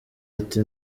ati